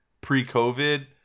pre-covid